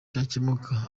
cyakemuka